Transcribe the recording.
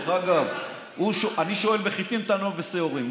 דרך אגב, אני שואל בחיטים אתה עונה בשעורים.